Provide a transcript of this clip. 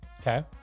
Okay